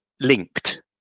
linked